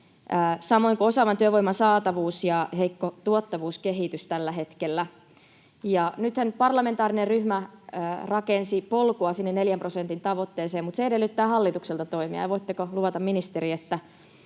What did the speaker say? samoin kuin osaavan työvoiman saatavuus ja heikko tuottavuuskehitys tällä hetkellä. Nythän parlamentaarinen ryhmä rakensi polkua sinne 4 prosentin tavoitteeseen, mutta se edellyttää hallitukselta toimia. Voitteko luvata, ministeri,